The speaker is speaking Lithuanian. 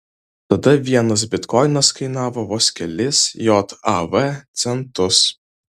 tada vienas bitkoinas kainavo vos kelis jav centus